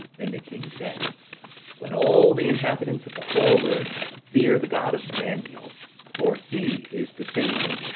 then the king said let all the inhabitants of the whole earth fear the god of daniel for he is the saviour,